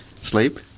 Sleep